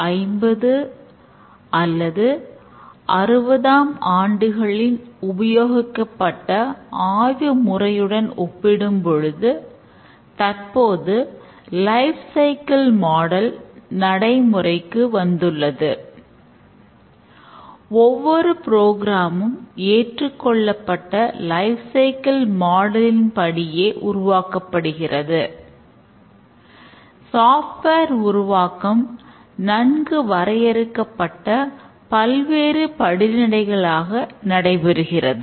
1950ம் அல்லது 1960ம் ஆண்டுகளில் உபயோகிக்கப்பட்ட ஆய்வுமுறையுடன் ஒப்பிடும் பொழுது தற்போது லைப் சைக்கிள் மாடல் உருவாக்கம் நன்கு வரையறுக்கப்பட்ட பல்வேறு படிநிலைகளாக நடைபெறுகிறது